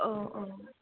औ औ